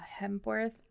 Hempworth